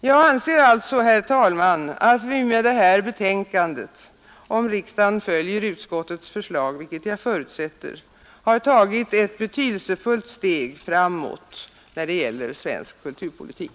Jag anser alltså, herr talman, att vi med detta betänkande — om riksdagen följer utskottets förslag, vilket jag förutsätter — har tagit ett betydelsefullt steg framåt då det gäller svensk kulturpolitik.